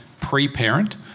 pre-parent